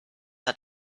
had